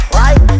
right